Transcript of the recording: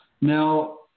Now